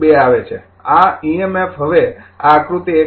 ૨ આવે છે આ ઇએમએફ હવે આ આકૃતિ ૧